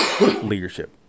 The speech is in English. leadership